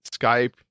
Skype